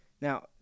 Now